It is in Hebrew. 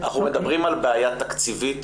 אנחנו מדברים על בעיה תקציבית